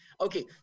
Okay